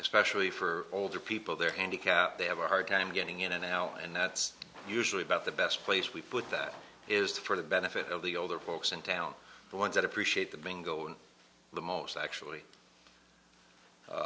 especially for older people there handicapped they have a hard time getting it now and that's usually about the best place we put that is for the benefit of the older folks in town the ones that appreciate the bingo and the most actually